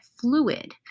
fluid